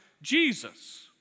Jesus